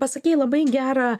pasakei labai gerą